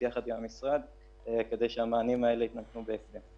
יחד עם המשרד כדי שהמענים האלה יינתנו בהקדם.